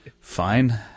fine